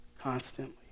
constantly